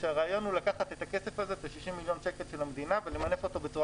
כשהרעיון הוא לקחת את ה-60 מיליון שקל של המדינה ולמנף אותו בצורה